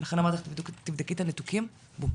לכן אמרתי לך תבדקי את הניתוקים, בום,